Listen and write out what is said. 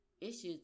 issues